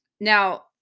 now